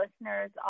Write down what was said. listeners